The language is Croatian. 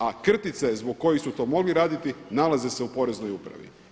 A krtice zbog kojih su to mogli raditi nalaze se u poreznoj upravi.